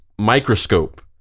microscope